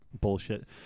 bullshit